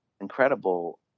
incredible